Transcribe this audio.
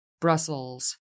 Brussels